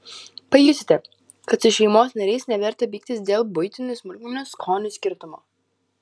pajusite kad su šeimos nariais neverta pyktis dėl buitinių smulkmenų skonių skirtumo